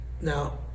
Now